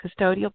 custodial